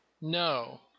No